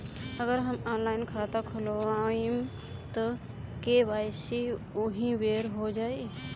अगर हम ऑनलाइन खाता खोलबायेम त के.वाइ.सी ओहि बेर हो जाई